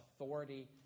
authority